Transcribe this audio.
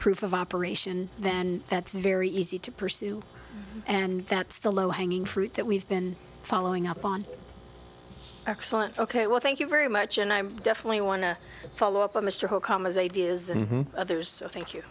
proof of operation then that's very easy to pursue and that's the low hanging fruit that we've been following up on excellent ok well thank you very much and i'm definitely want to follow up on mr holcombe as ideas and others thank you